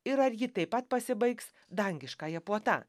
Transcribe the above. ir ar ji taip pat pasibaigs dangiškąja puota